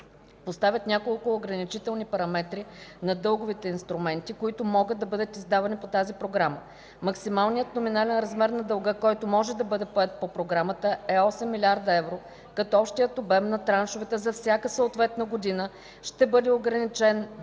поставят няколко ограничителни параметри на дълговите инструменти, които могат да бъдат издавани по тази програма. Максималният номинален размер на дълга, който може да бъде поет по програмата, е 8 млрд. евро, като общият обем на траншовете за всяка съответна година ще бъде ограничен до